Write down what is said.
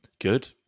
good